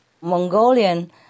Mongolian